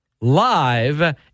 live